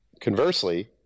Conversely